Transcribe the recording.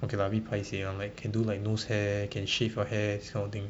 okay lag a bit paisei ah can do like nose hair can shave your hair this kind of thing